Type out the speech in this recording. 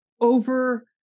over